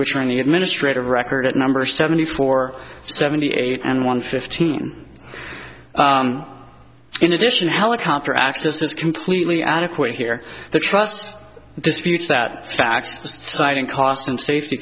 which are any administrative record at number seventy four seventy eight and one fifteen in addition helicopter access is completely adequate here the trust disputes that fact was citing cost and safety